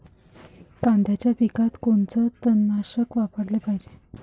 कांद्याच्या पिकात कोनचं तननाशक वापराले पायजे?